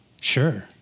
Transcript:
sure